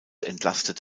entlastet